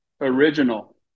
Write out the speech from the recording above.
original